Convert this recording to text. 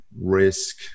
risk